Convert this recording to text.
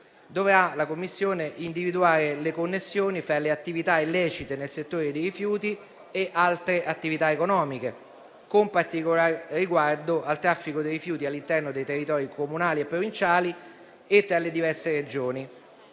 La Commissione dovrà individuare le connessioni fra le attività illecite nel settore dei rifiuti e altre attività economiche, con particolare riguardo al traffico dei rifiuti all'interno dei territori comunali e provinciali e tra le diverse Regioni.